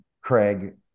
Craig